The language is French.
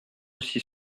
aussi